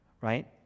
right